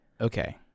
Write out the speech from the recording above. Okay